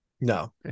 No